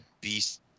beast